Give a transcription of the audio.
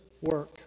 work